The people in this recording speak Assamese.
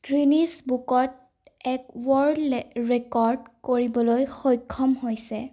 গ্ৰীনিছ বুকত এক ৱৰ্ল্ড ৰেকৰ্ড কৰিবলৈ সক্ষম হৈছে